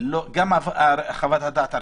גם חוות הדעת הראשונה,